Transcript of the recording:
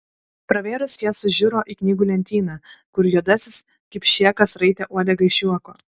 pravėrus jas sužiuro į knygų lentyną kur juodasis kipšėkas raitė uodegą iš juoko